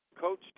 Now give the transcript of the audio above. coach